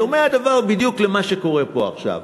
דומה היה הדבר בדיוק למה שקורה פה עכשיו.